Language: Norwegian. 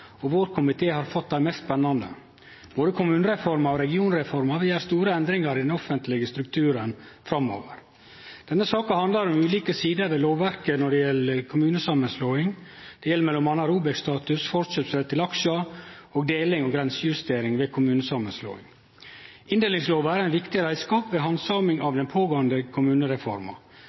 og vår komité har fått dei mest spennande. Både kommunereforma og regionreforma vil gje store endringar i den offentlege strukturen framover. Denne saka handlar om ulike sider ved lovverket når det gjeld kommunesamanslåing. Det gjeld m.a. ROBEK-status, forkjøpsrett til aksjar og deling og grensejustering ved kommunesamanslåing. Inndelingslova er ein viktig reiskap ved handsaming av den pågåande kommunereforma.